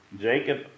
Jacob